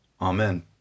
amen